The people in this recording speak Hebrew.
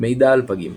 מידע על פגים